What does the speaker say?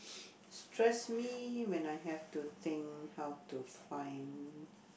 stress me when I have to think how to find